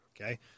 Okay